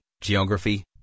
geography